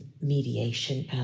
mediation